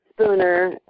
Spooner